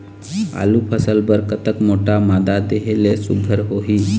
आलू फसल बर कतक मोटा मादा देहे ले सुघ्घर होही?